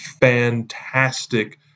fantastic